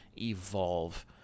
evolve